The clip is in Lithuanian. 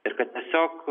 ir kad tiesiog